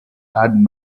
had